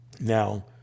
Now